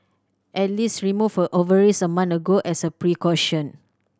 Alice removed her ovaries a month ago as a precaution